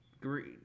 Green